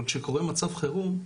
אבל כשקורה מצב חירום,